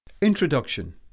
Introduction